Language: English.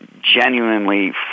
genuinely